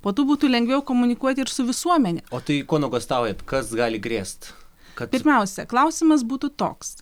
po to būtų lengviau komunikuoti ir su visuomene o tai ko nuogąstaujate kas gali grėst kad pirmiausia klausimas būtų toks